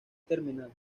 terminal